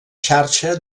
xarxa